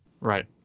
Right